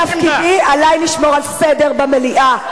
מתוקף תפקידי עלי לשמור על סדר במליאה,